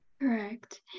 Correct